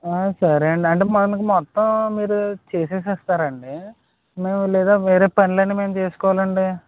అ సరే అండి అంటే మనకు మొత్తం మీరు చేసేసేస్తారండి మేము లేదా వేరే పనులన్నీ మేము చేసుకోవాలండి